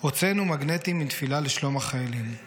הוצאנו מגנטים עם תפילה לשלום החיילים //